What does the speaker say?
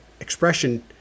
expression